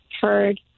heard